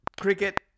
Cricket